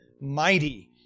mighty